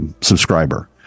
subscriber